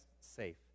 safe